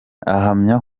ahamya